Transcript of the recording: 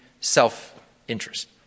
self-interest